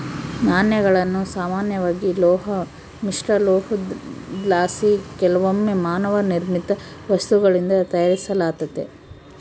ನಾಣ್ಯಗಳನ್ನು ಸಾಮಾನ್ಯವಾಗಿ ಲೋಹ ಮಿಶ್ರಲೋಹುದ್ಲಾಸಿ ಕೆಲವೊಮ್ಮೆ ಮಾನವ ನಿರ್ಮಿತ ವಸ್ತುಗಳಿಂದ ತಯಾರಿಸಲಾತತೆ